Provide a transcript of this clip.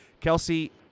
Kelsey